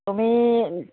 তুমি